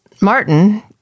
Martin